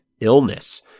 illness